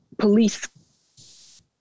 police